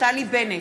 נפתלי בנט,